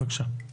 בבקשה.